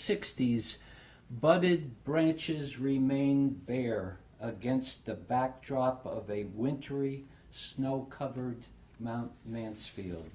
sixty's but the branches remain bare against the backdrop of a wintry snow covered mount mansfield